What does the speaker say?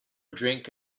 drink